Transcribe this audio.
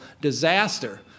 disaster